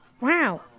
Wow